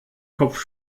kopf